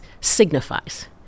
signifies